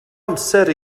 amser